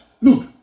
Look